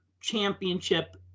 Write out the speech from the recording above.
championship